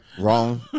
wrong